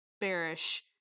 bearish